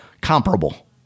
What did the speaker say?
comparable